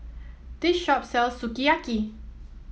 this shop sells Sukiyaki